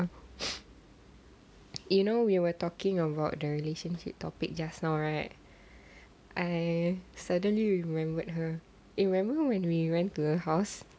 you know we're we're talking about the relationship topic just now right I suddenly remembered her it remember when we went to her house